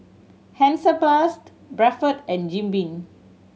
Hansaplast Bradford and Jim Beam